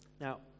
Now